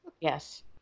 Yes